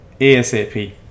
ASAP